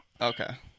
Okay